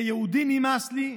כיהודי נמאס לי.